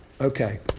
Okay